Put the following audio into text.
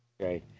Okay